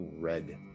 red